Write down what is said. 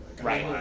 Right